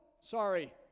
Sorry